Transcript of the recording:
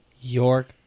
York